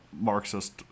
Marxist